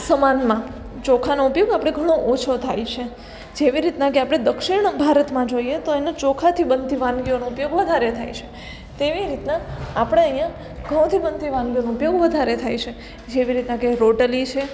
સમાનમાં ચોખાનો ઉપયોગ આપણે ઘણો ઓછો થાય છે જેવી રીતના કે આપણે દક્ષિણના ભારતમાં જોઈએ તો એમને ચોખાથી બનતી વાનગીઓનો ઉપયોગ વધારે થાય છે તેવી રીતના આપણે અહીંયાં ઘઉંથી બનતી વાનગીઓનો ઉપયોગ વધારે થાય છે જેવી રીતના કે રોટલી છે